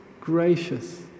gracious